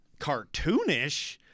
cartoonish